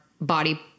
body